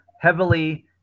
heavily